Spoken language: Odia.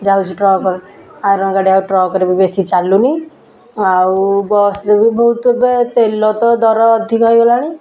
ଯାଉଛି ଟ୍ରକ୍ରେ ଆଇରନ୍ ଗାଡ଼ି ଆଉ ଟ୍ରକ୍ରେ ବି ବେଶୀ ଚାଲୁନି ଆଉ ବସ୍ରେ ବି ବହୁତ ଏବେ ତେଲ ତ ଦର ଅଧିକ ହେଇଗଲାଣି